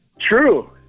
True